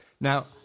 Now